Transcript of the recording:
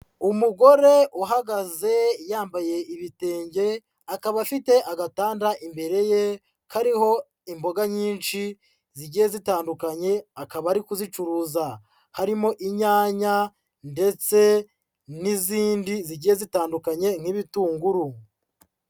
Umugore uhagaze yambaye ibitenge, akaba afite agatanda imbere ye kariho imboga nyinshi zigiye zitandukanye, akaba ari kuzicuruza, harimo inyanya ndetse n'izindi zigiye zitandukanye, nk'ibitunguru.